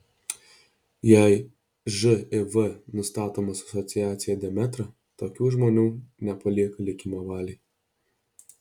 jei živ nustatomas asociacija demetra tokių žmonių nepalieka likimo valiai